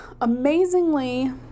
amazingly